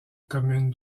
commune